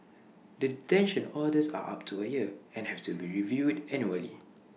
the detention orders are up to A year and have to be reviewed annually